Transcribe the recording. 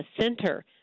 center